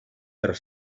per